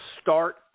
Start